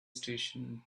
station